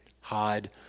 hide